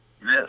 Yes